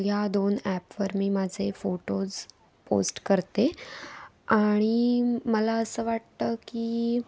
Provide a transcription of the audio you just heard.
ह्या दोन ॲपवर मी माझे फोटोज पोस्ट करते आणि मला असं वाटतं की